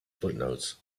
footnotes